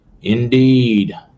Indeed